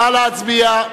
נא להצביע.